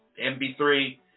mb3